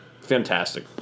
Fantastic